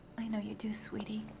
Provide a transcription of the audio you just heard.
i know you do, sweetie.